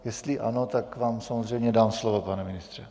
Jestli ano, tak vám samozřejmě dám slovo, pane ministře.